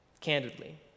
candidly